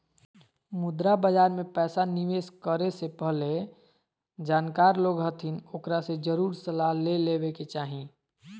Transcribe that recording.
मुद्रा बाजार मे पैसा निवेश करे से पहले जानकार लोग हथिन ओकरा से जरुर सलाह ले लेवे के चाही